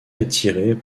attirés